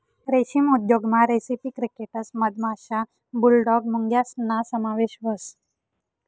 रेशीम उद्योगमा रेसिपी क्रिकेटस मधमाशा, बुलडॉग मुंग्यासना समावेश व्हस